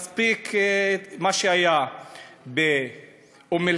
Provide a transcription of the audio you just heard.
ומספיק מה שהיה באום-אלחיראן,